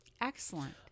Excellent